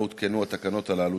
לא הותקנו התקנות הללו,